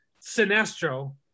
Sinestro